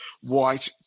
white